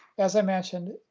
as i mentioned,